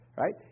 right